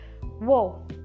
whoa